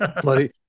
Bloody